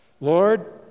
Lord